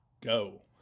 go